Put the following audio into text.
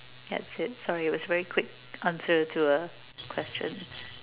that's it sorry it was very quick answer to a question